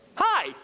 Hi